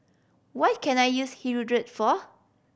what can I use Hirudoid for